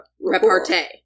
repartee